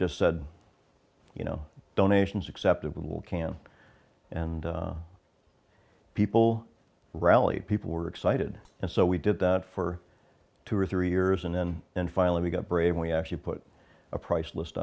just said you know donations acceptable can and people rally people were excited and so we did that for two or three years and then and finally we got brave we actually put a price list